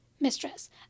mistress